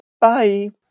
Bye